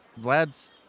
Vlad's